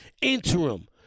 Interim